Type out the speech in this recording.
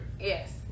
yes